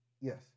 Yes